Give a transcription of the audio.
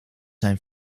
zijn